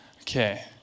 Okay